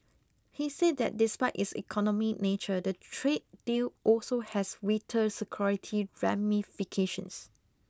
he said that despite its economy nature the trade deal also has vital security ramifications